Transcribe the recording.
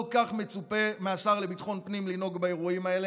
לא כך מצופה מהשר לביטחון הפנים לנהוג באירועים האלה.